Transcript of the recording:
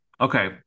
okay